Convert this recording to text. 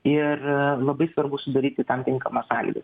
ir labai svarbu sudaryti tam tinkamas sąlygas